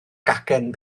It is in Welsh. gacen